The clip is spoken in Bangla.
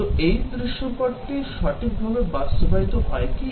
তো এই দৃশ্যপটটি সঠিকভাবে বাস্তবায়িত হয় কি